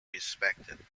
respected